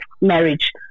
marriage